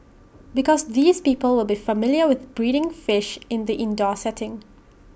because these people will be familiar with breeding fish in the indoor setting